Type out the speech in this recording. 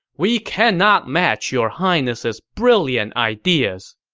we cannot match your highness's brilliant ideas!